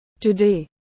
Today